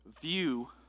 view